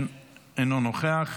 אינו נוכח,